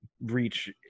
reach